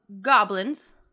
goblins